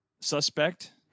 suspect